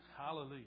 Hallelujah